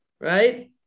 right